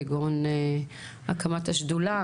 כגון הקמת השדולה,